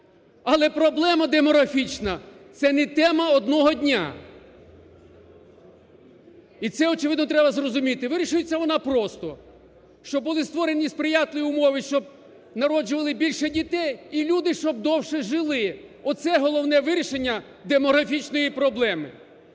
Але проблема демографічна – це не тема одного дня, і це, очевидно, треба зрозуміти. Вирішується вона просто. Щоб були створені сприятливі умови, щоб народжували більше дітей і люди, щоб довше жили – оце головне вирішення демографічної проблеми.